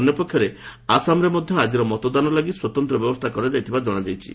ଅନ୍ୟ ପକ୍ଷରେ ଆସାମରେ ମଧ୍ୟ ଆଜିର ମତଦାନ ଲାଗି ସ୍ୱତନ୍ତ୍ର ବ୍ୟବସ୍ଥା କରାଯାଇଥିବାର ଜଣାଯାଇଛି